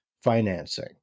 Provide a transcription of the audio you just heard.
financing